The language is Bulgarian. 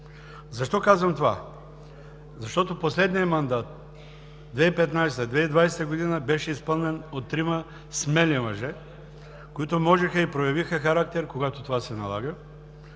Защо казвам това? Защото последният мандат 2015 – 2020 г. беше изпълнен от трима смели мъже, които можеха и проявиха характер, когато това се налага.